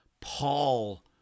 Paul